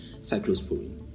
cyclosporine